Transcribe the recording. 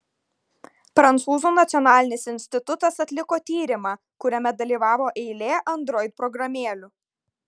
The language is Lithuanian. prancūzų nacionalinis institutas atliko tyrimą kuriame dalyvavo eilė android programėlių